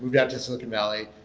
moved out to silicon valley,